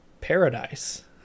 paradise